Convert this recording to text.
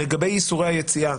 לגבי איסורי היציאה.